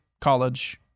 College